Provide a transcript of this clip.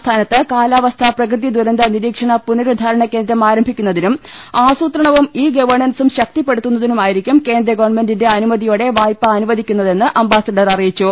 സംസ്ഥാനത്ത് കാലാവസ്ഥാ പ്രകൃതിദുരന്ത് നിരീക്ഷണ പുനരുദ്ധാരണ കേന്ദ്രം ആരംഭി ക്കുന്നതിനും ആസൂത്രണവും ഇ ഗവേണൻസും ശക്തിപ്പെടുത്തുന്നതിനു മായിരിക്കും കേന്ദ്ര ഗവൺമെന്റിന്റെ അനുമതിയോടെ വായ്പ അനുവദി ക്കുന്നതെന്ന് അംബാസഡർ അറിയിച്ചു